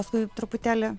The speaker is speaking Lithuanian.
paskui truputėlį